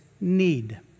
need